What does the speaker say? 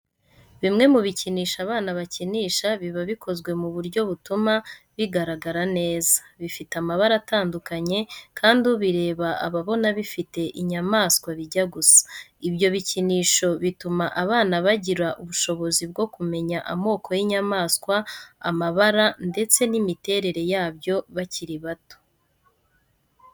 Bimwe mu bikinisho abana bakinisha biba bikozwe mu buryo butuma bigaragara neza, bifite amabara atandukanye, kandi ubireba aba abona bifite inyamanswa bijya gusa. Ibyo bikinisho bituma abana bagira ubushobozi bwo kumenya amoko y'inyamaswa, amabara, ndetse n'imiterere yabyo bakiri bato.